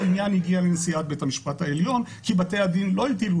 עניין הגיע לנשיאת בית המשפט העליון כי בתי הדין לא הטילו,